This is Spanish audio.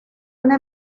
una